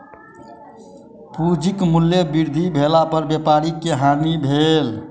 पूंजीक मूल्य वृद्धि भेला पर व्यापारी के हानि भेल